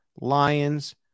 Lions